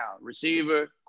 Receiver